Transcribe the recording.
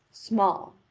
small,